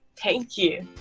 thank you.